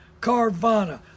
Carvana